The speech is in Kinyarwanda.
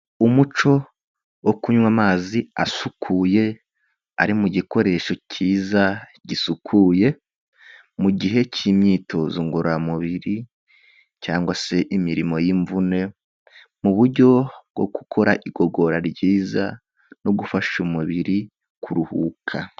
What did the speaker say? Umuco wo kunywa amazi asukuye ari mu gikoresho cyiza gisukuye mu gihe cy'imyitozo ngororamubiri cyangwa se imirimo y'imvune mu buryo bwo gukora igogora ryiza no gufasha umubiri kuruhuka.